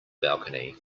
balcony